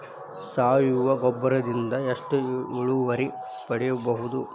ಸಾವಯವ ಗೊಬ್ಬರದಿಂದ ಎಷ್ಟ ಇಳುವರಿ ಪಡಿಬಹುದ?